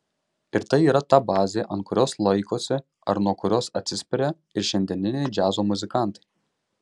ir tai yra ta bazė ant kurios laikosi ar nuo kurios atsispiria ir šiandieniniai džiazo muzikantai